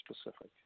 specific